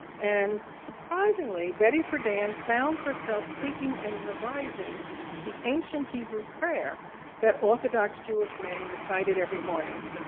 and surprisingly, betty friedan found herself speaking and revising the ancient hebrew prayer that orthodox jewish men recited every morning.